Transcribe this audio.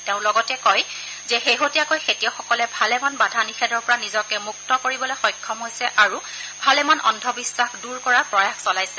তেওঁ লগতে কয় যে শেহতীয়াকৈ খেতিয়কসকলে ভালেমান বাধা নিষেধৰ পৰা নিজকে মুক্ত কৰিবলৈ সক্সম হৈছে আৰু ভালেমান অন্ধবিখাস দূৰ কৰাৰ প্ৰয়াস চলাইছে